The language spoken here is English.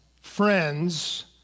friends